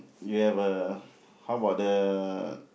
you have a how about the